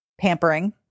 pampering